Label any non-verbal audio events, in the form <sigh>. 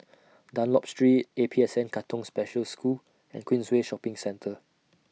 <noise> Dunlop Street A P S N Katong Special School and Queensway Shopping Centre